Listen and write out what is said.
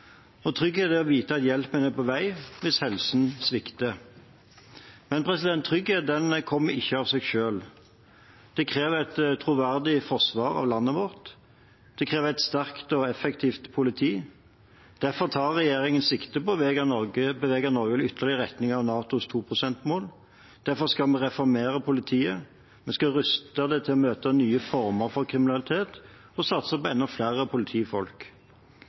ned. Trygghet er å vite at hjelpen er på vei hvis helsen svikter. Men: Trygghet kommer ikke av seg selv. Det krever et troverdig forsvar av landet vårt, og det krever et sterkt og effektivt politi. Derfor tar regjeringen sikte på å bevege Norge ytterligere i retning av NATOs 2-prosentmål. Derfor skal vi reformere politiet. Vi skal ruste dem til å møte nye former for kriminalitet og satse på enda flere politifolk.